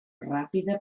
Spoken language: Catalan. ràpida